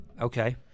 Okay